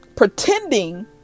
pretending